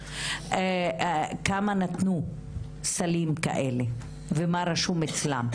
כמה נתנו סלים כאלה ומה רשום אצלם.